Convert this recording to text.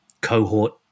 cohort